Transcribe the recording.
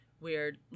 weird